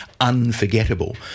unforgettable